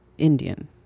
Indian